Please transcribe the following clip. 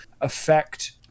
affect